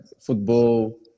football